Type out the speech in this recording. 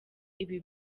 ibi